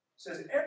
says